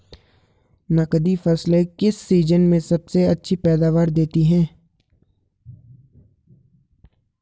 नकदी फसलें किस सीजन में अच्छी पैदावार देतीं हैं?